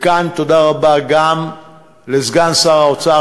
וכאן תודה רבה גם לסגן שר האוצר,